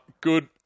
good